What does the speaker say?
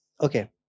Okay